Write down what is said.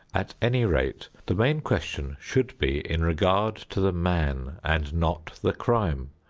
at any rate, the main question should be in regard to the man and not the crime.